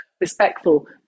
respectful